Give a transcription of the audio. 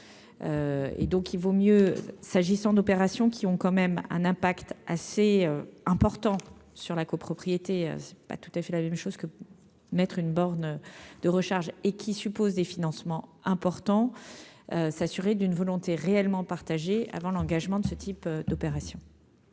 et donc il vaut mieux s'agissant d'opérations qui ont quand même un impact assez important sur la copropriété c'est pas tout à fait la même chose que mettre une borne de recharge et qui suppose des financements importants s'assurer d'une volonté réellement partagé avant l'engagement de ce type d'opération.